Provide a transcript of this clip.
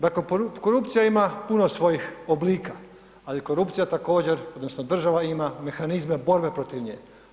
Dakle, korupcija ima puno svojih oblika ali korupcija također odnosno država ima mehanizme borbe protiv nje.